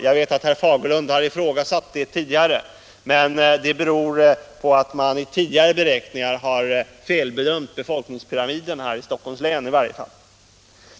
Jag vet att herr Fagerlund har ifrågasatt detta förut, men det beror på att man vid tidigare beräkningar har felbedömt befolkningspyramiden, i varje fall i Stockholms län.